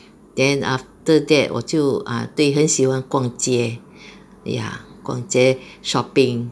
then after that 我就 err 对很喜欢逛街 ya 逛街 shopping